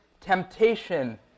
temptation